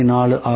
4 ஆகும்